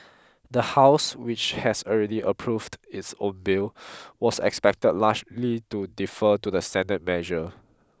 the house which has already approved its own bill was expected largely to defer to the senate measure